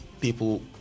people